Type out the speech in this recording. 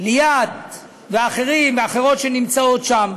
ליאת ואחרים ואחרות שנמצאים שם.